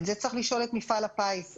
צריך לשאול את מפעל הפיס.